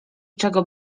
czego